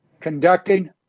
conducting